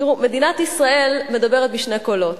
מדינת ישראל מדברת בשני קולות.